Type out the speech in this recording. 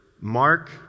Mark